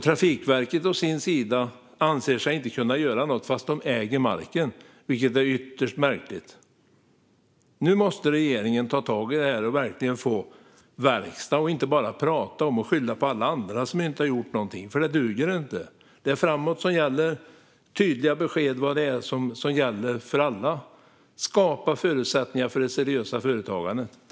Trafikverket å sin sida anser sig inte kunna göra något fastän de äger marken, vilket är ytterst märkligt. Nu måste regeringen ta tag i det här och verkligen göra verkstad, inte bara prata och skylla på alla andra som inte gjort någonting. Det duger inte. Det är framåt som gäller, och det ska vara tydliga besked om vad som gäller - för alla. Skapa förutsättningar för det seriösa företagandet!